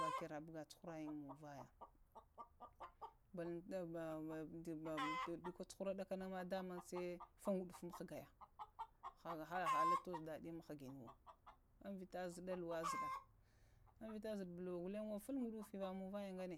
Va kera cuhuraɗa na munŋ balanta ɗəko anharatana kaɗahana dama ah faɗufun mghgaya ha undunda tazota ɗaɗi mghganiwo vita zaɗa luwa zaɗa invita zuɗuɓrwo funfi va munŋva ya gane